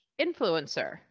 influencer